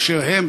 באשר הן,